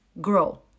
grow